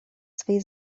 свои